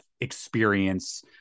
experience